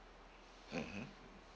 mmhmm